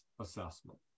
assessment